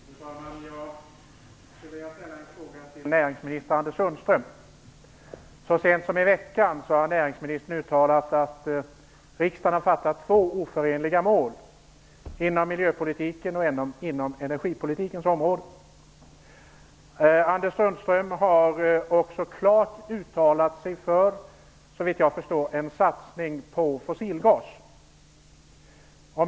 Fru talman! Jag skulle vilja ställa en fråga till näringsminister Anders Sundström. Så sent som i veckan uttalade näringsministern att riksdagen har fattat två oförenliga mål inom miljöpolitikens och energipolitikens områden. Anders Sundström har också klart uttalat sig för en satsning på fossilgas.